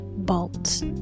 Bolts